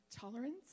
tolerance